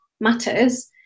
matters